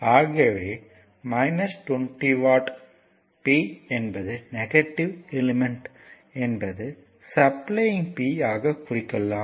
ஆகவே 20 watt p என்பது negative element என்பது சப்ளையிங் P ஆக குறிக்கலாம்